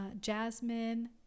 jasmine